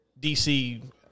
DC